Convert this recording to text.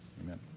amen